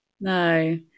no